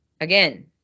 again